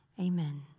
Amen